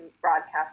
broadcast